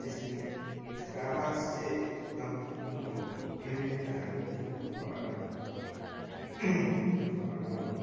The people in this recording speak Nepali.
त्यसले त्यसको आवाज चाहिँ एकदम अब फ्यामिलिएर खाल्को हुन्छ नि घरमा घरमा अब